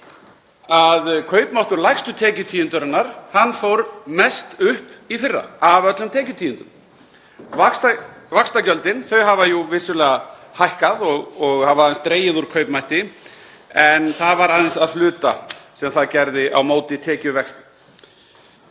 Kaupmáttur lægstu tekjutíundarinnar fór í fyrra mest upp af öllum tekjutíundum. Vaxtagjöldin hafa jú vissulega hækkað og hafa aðeins dregið úr kaupmætti en það var aðeins að hluta sem það gerði á móti tekjuvexti.